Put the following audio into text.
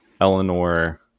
Eleanor